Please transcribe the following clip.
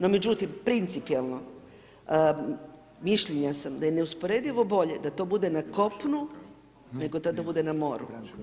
No, međutim, principijalno, mišljenja sam da je neusporedivo bolje da to bude na kopnu, nego da to bude na moru.